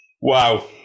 Wow